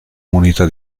munita